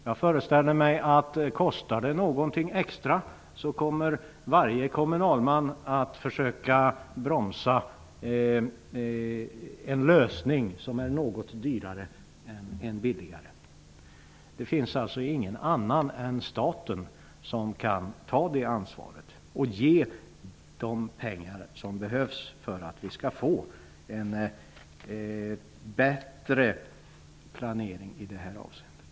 Jag föreställer mig att varje kommunalman kommer att försöka att bromsa en lösning som är något dyrare än den tidigare. Det finns alltså ingen annan än staten som kan ta det ansvaret och ge de pengar som behövs för att vi skall få en bättre planering i det här avseendet.